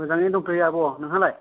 मोजांयै दंथयो आब' नोंहालाय